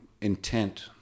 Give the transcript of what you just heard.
intent